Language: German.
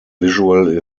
visual